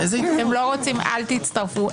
אתם לא רוצים אל תצטרפו.